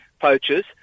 poachers